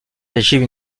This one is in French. régime